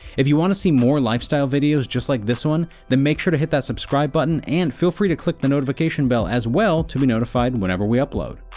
if you want to see more lifestyle videos just like this one, then make sure to hit that subscribe button and feel free to click the notification bell as well to be notified whenever we upload.